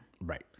Right